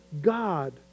God